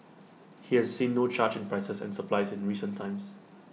he has seen no charge in prices and supplies in recent times